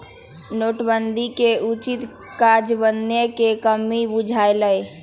नोटबन्दि के उचित काजन्वयन में कम्मि बुझायल